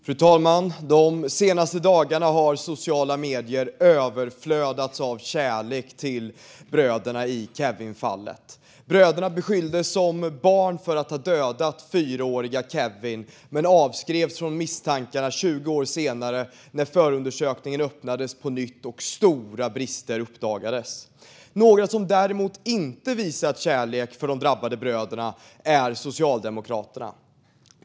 Fru talman! De senaste dagarna har sociala medier flödat över av kärlek till bröderna i Kevinfallet. Bröderna beskylldes som barn för att ha dödat fyraårige Kevin, men avskrevs från misstankarna 20 år senare, när förundersökningen öppnades på nytt och stora brister uppdagades. Något som däremot inte har visat kärlek för de drabbade bröderna är Socialdemokraterna.